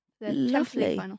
Lovely